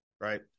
Right